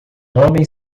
homem